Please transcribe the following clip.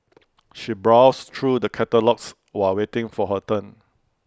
she browsed through the catalogues while waiting for her turn